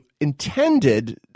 intended